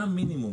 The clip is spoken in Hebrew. מה המינימום.